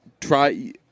try